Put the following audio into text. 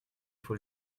faut